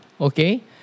Okay